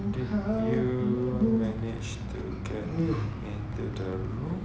did you manage to get into the room